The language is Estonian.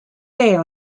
see